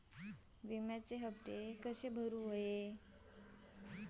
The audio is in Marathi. विम्याचे हप्ते कसे भरूचो शकतो?